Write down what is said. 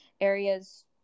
areas